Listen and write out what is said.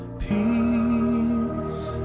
peace